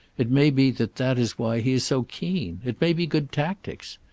it may be that that is why he is so keen. it may be good tactics.